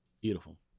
beautiful